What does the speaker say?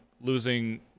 losing